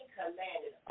commanded